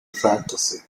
fantasy